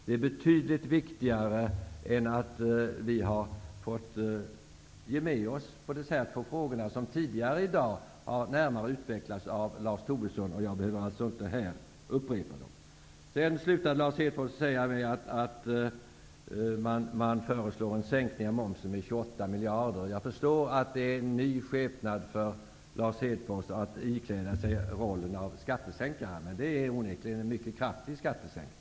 Det är betydligt viktigare än att vi har fått ge med oss i dessa två frågor, som tidigare i dag har närmare utvecklats av Lars Tobisson. Jag behöver inte här upprepa det. Lars Hedfors slutade med att säga att man föreslår en sänkning av momsen med 28 miljarder. Jag förstår att det är en ny skepnad för Lars Hedfors när han ikläder sig rollen av skattesänkare. Detta är onekligen en mycket kraftig skattesänkning.